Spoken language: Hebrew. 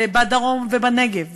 ובדרום ובנגב,